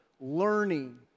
learning